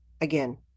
again